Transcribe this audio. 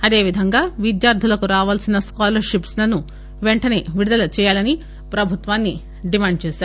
అదే విధంగా విద్యార్ధులకు రావలసిన స్కాలర్ షిప్ లను పెంటనే విడుదల చేయాలని ప్రభుత్వాన్ని డిమాండ్ చేశారు